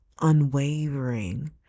unwavering